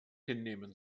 hinnehmen